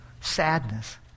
sadness